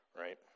right